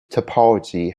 topology